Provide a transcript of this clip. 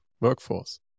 workforce